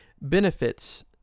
benefits